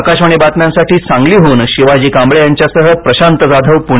आकाशवाणी बातम्यांसाठी सांगलीहून शिवाजी कांबळे यांच्यासह प्रशांत जाधव पूणे